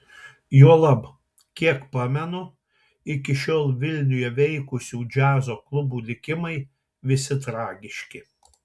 juolab kiek pamenu iki šiol vilniuje veikusių džiazo klubų likimai visi tragiški